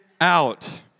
out